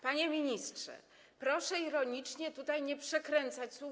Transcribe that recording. Panie ministrze, proszę ironicznie tutaj nie przekręcać słów.